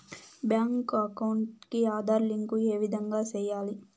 Bank account కి Aadhaar link ఏ విధంగా సెయ్యాలి?